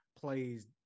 plays